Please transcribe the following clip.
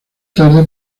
tarde